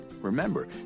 Remember